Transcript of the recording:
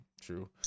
true